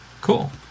Cool